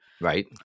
Right